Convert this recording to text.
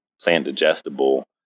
plant-digestible